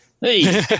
Hey